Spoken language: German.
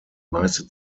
meiste